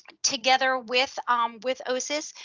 together with um with osis,